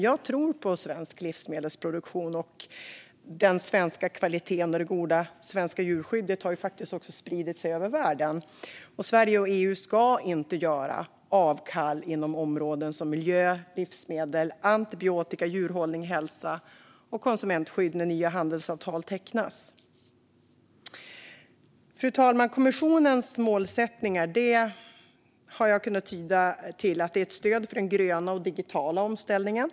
Jag tror på svensk livsmedelsproduktion, och den svenska kvaliteten och det goda svenska djurskyddet har faktiskt också spridit sig över världen. Sverige och EU ska inte göra avkall inom områden som miljö, livsmedel, antibiotika, djurhållning, hälsa och konsumentskydd när nya handelsavtal tecknas. Fru talman! Kommissionens målsättningar har jag kunnat tyda till ett stöd för den gröna och digitala omställningen.